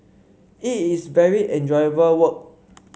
it is very enjoyable work